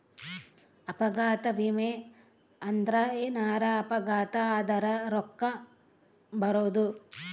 ಅಪಘಾತ ವಿಮೆ ಅಂದ್ರ ಎನಾರ ಅಪಘಾತ ಆದರ ರೂಕ್ಕ ಬರೋದು